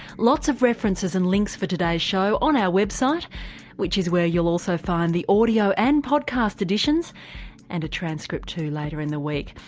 lots of references and links for today's show on our website which is where you'll also find the audio and podcast additions and a transcript too later in the week.